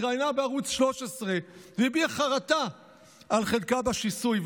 התראיינה בערוץ 13 והביעה חרטה על חלקה בשיסוי.